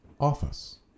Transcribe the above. office